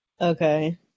Okay